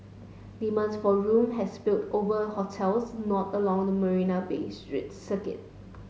demands for room has spilled over hotels not along the Marina Bay street circuit